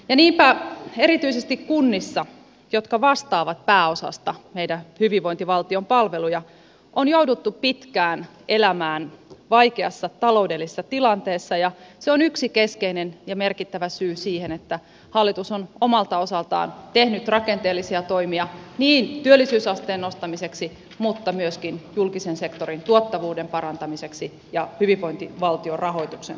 niinpä erityisesti kunnissa jotka vastaavat pääosasta meidän hyvinvointivaltion palveluja on jouduttu pitkään elämään vaikeassa taloudellisessa tilanteessa ja se on yksi keskeinen ja merkittävä syy siihen että hallitus on omalta osaltaan tehnyt rakenteellisia toimia työllisyysasteen nostamiseksi mutta myöskin julkisen sektorin tuottavuuden parantamiseksi ja hyvinvointivaltion rahoituksen turvaamiseksi